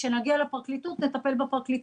כשנגיע לפרקליטות נטפל בפרקליטות.